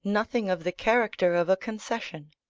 nothing of the character of a concession.